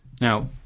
Now